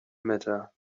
matter